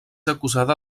acusada